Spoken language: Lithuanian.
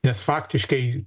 nes faktiškai